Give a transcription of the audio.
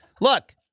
Look